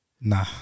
Nah